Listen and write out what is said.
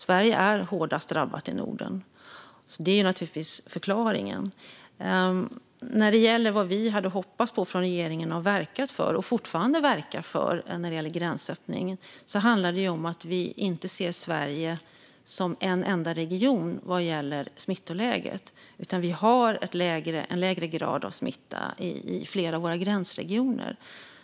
Sverige är hårdast drabbat i Norden, och det är naturligtvis förklaringen. Det vi hade hoppats på från regeringen och det som vi har verkat och fortfarande verkar för när det gäller gränsöppning handlar om att vi inte ser Sverige som en enda region vad gäller smittläget. Vi har en lägre grad av smitta i flera av våra gränsregioner.